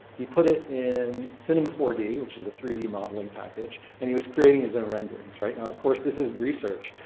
he put it in cinema four d, which is a three d modeling package, and he was creating his own renderings. now, of course, this is research.